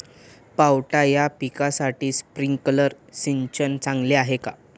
पावटा या पिकासाठी स्प्रिंकलर सिंचन चांगले आहे का?